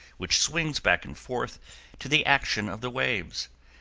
which swings back and forth to the action of the waves,